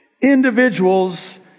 Individuals